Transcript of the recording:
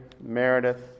Meredith